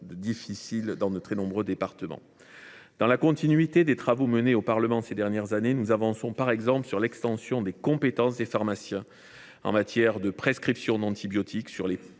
difficile. Dans la continuité des travaux menés au Parlement ces dernières années, nous avançons par exemple sur l’extension des compétences des pharmaciens en matière de prescription d’antibiotiques, sur les